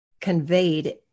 conveyed